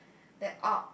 that art